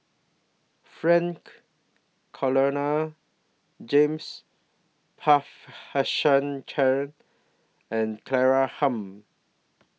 Frank Cloutier James Puthucheary and Claire Tham